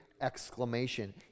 exclamation